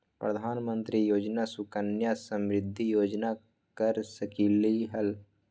प्रधानमंत्री योजना सुकन्या समृद्धि योजना कर सकलीहल?